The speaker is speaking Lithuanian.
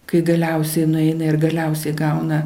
kai galiausia nueina ir galiausiai gauna